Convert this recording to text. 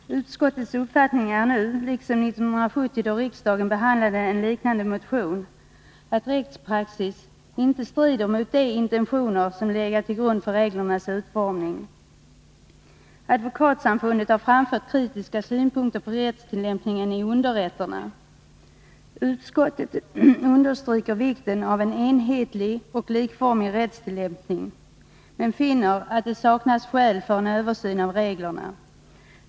Utskottets uppfattning är nu liksom 1970, då riksdagen behandlade en liknande motion, att rättspraxis inte strider mot de intentioner som har legat till grund för reglernas utformning. Advokatsamfundet har framfört kritiska synpunkter på rättstillämpningen i underrätterna. Utskottet understryker vikten av en enhetlig och likformig rättstillämpning men finner att det saknas skäl för en översyn av reglerna.